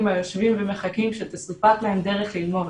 היושבים ומחכים שתסופק להם דרך ללמוד?